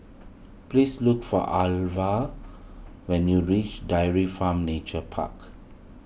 please look for Alva when you reach Dairy Farm Nature Park